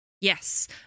Yes